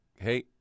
hey